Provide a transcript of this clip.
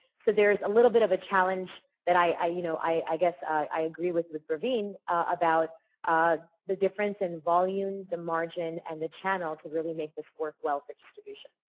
so there's a little bit of a challenge that i, you know, i guess i agree with with praveen about the difference in volume, the margin and the channel to really make this work well for distribution.